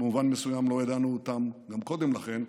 ובמובן מסוים לא ידענו כמותם גם קודם לכן,